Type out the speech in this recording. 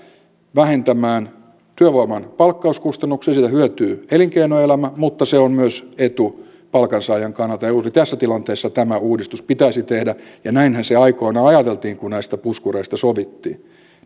vähentämään työvoiman palkkauskustannuksia siitä hyötyy elinkeinoelämä että se on myös etu palkansaajan kannalta ja juuri tässä tilanteessa tämä uudistus pitäisi tehdä ja näinhän se aikoinaan ajateltiin kun näistä puskureista sovittiin